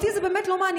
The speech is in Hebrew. אותי זה באמת לא מעניין,